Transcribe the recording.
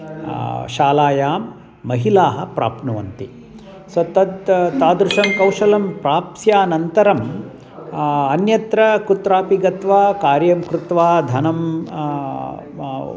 शालायां महिलाः प्राप्नुवन्ति सो तत् तादृशं कौशलं प्राप्स्यानन्तरम् अन्यत्र कुत्रापि गत्वा कार्यं कृत्वा धनं